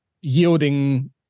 yielding